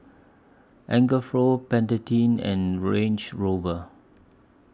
Pantene and Range Rover